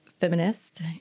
feminist